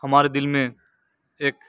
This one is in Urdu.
ہمارے دل میں ایک